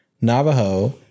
Navajo